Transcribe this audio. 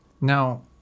Now